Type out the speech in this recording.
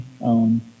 own